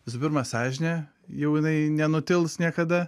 visų pirma sąžinė jau jinai nenutils niekada